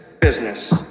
Business